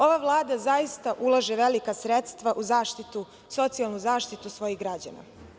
Ova Vlada zaista ulaže velika sredstva u socijalnu zaštitu svojih građana.